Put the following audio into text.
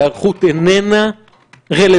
אני חושב שההיערכות איננה רלוונטית